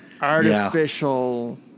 artificial –